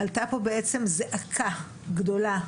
עלתה פה בעצם זעקה גדולה,